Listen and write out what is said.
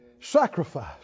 Sacrifice